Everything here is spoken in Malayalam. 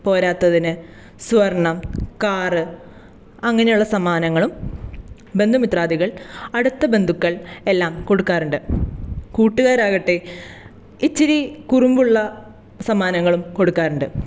പോരാത്തതിന് സ്വർണ്ണം കാർ അങ്ങനെയുള്ള സമ്മാനങ്ങളും ബന്ധുമിത്രാദികൾ അടുത്ത ബന്ധുക്കൾ എല്ലാം കൊടുക്കാറുണ്ട് കൂട്ടുകാരാകട്ടെ ഇച്ചിരി കുറുമ്പുള്ള സമ്മാനങ്ങളും കൊടുക്കാറുണ്ട്